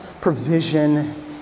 provision